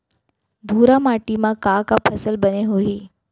भूरा माटी मा का का फसल बने होही?